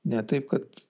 ne taip kad